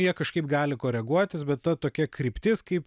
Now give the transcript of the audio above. jie kažkaip gali koreguotis bet ta tokia kryptis kaip